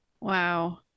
Wow